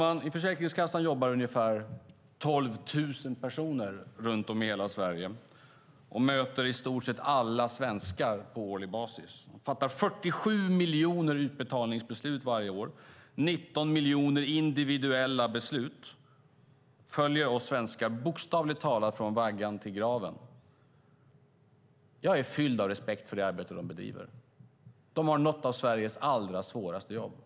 Herr talman! Vid Försäkringskassan jobbar ungefär 12 000 personer runt om i Sverige, och de möter i stort sett alla svenskar på årlig basis. Försäkringskassan fattar 47 miljoner utbetalningsbeslut, 19 miljoner individuella beslut, och följer oss svenskar bokstavligt talat från vaggan till graven. Jag är fylld av respekt för det arbete de bedriver. De har ett av Sveriges allra svåraste jobb.